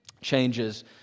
changes